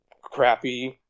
crappy